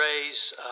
raise